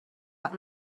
but